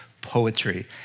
poetry